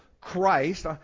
Christ